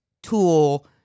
tool